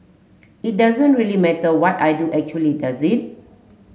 it doesn't really matter what I do actually does it